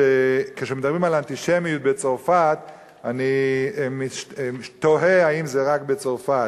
שכשמדברים על אנטישמיות בצרפת אני תוהה אם זה רק בצרפת.